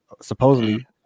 supposedly